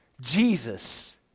Jesus